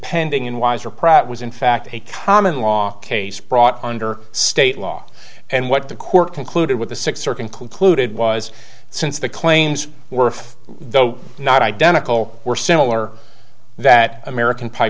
pending in wiser prout was in fact a common law case brought under state law and what the court concluded with the six or concluded was since the claims were though not identical were similar that american pi